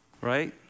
Right